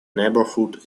neighborhood